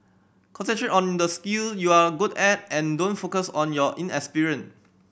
concentrate on the skill you're a good at and don't focus on your inexperience